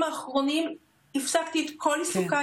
ואנחנו המדינה החזקה ביותר במזרח התיכון.